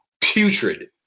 putrid